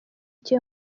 cye